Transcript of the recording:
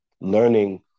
learning